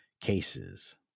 cases